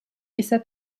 ise